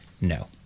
No